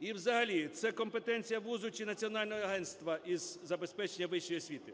І взагалі це компетенція вузу чи Національного агентства із забезпечення вищої освіти?